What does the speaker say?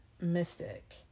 mystic